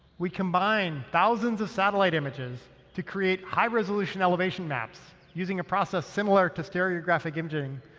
we combine thousands of satellite images to create high resolution elevation maps, using a process similar to stereographic imaging,